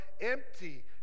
empty